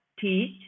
teach